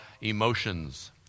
emotions